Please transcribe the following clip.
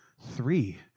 Three